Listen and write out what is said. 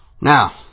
Now